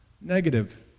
negative